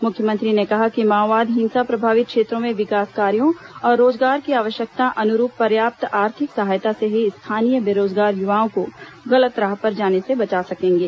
मुख्यमंत्री ने कहा कि माओवाद हिंसा प्रभावित क्षेत्रों में विकास कार्यों और रोजगार की आवश्यकता अनुरूप पर्याप्त आर्थिक सहायता से ही स्थानीय बेरोजगार युवाओं को गलत राह पर जाने से बचा सकेंगे